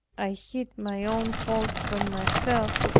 i hid my own faults from myself,